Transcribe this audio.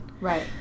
Right